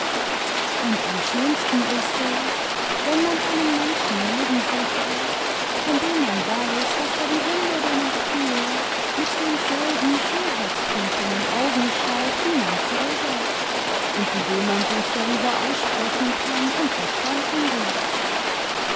und am schönsten ist es wenn man einen menschen neben sich hat von dem man weiß daß er die wunder der natur mit denselben schönheitstrunkenen augen schaut wie man selber und zu dem man sich darüber aussprechen kann und verstanden wird